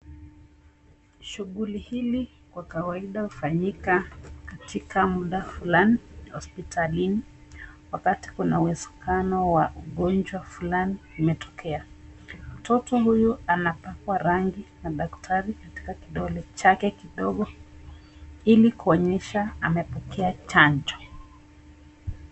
Shughuli hili kwa kawaida hufanyika katika muda fulani hospitalini wakati kuna uwezekano wa ugonjwa fulani umetokea. Mtoto huyu anapakwa rangi na daktari katika kidole chake kidogo ili kuonyesha amepokea chanjo.